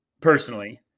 personally